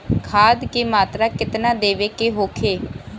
खाध के मात्रा केतना देवे के होखे?